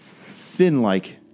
thin-like